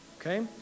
okay